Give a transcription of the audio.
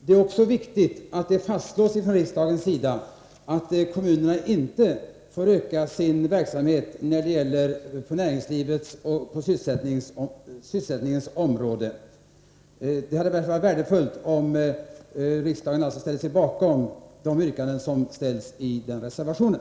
Det är också viktigt att det fastslås från riksdagens sida att kommunerna inte får öka sin verksamhet på näringslivets eller sysselsättningspolitikens område. Det hade därför varit värdefullt om riksdagen hade ställt sig bakom de yrkanden som framförs i den reservationen.